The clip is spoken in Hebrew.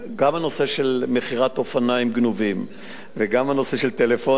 גם הנושא של מכירת אופניים גנובים וגם הנושא של טלפונים,